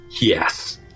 Yes